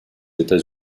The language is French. états